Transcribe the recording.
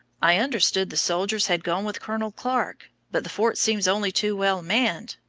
i understood the soldiers had gone with colonel clarke but the fort seems only too well manned.